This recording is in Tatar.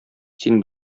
син